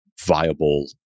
viable